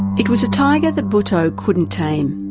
it was a tiger that bhutto couldn't tame.